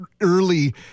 early